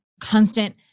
constant